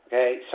Okay